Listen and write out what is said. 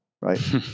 right